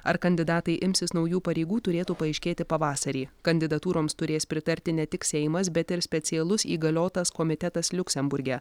ar kandidatai imsis naujų pareigų turėtų paaiškėti pavasarį kandidatūroms turės pritarti ne tik seimas bet ir specialus įgaliotas komitetas liuksemburge